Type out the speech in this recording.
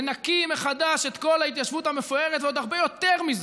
ונקים מחדש את כל ההתיישבות המפוארת ועוד הרבה יותר מזה.